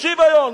"שיוָיון".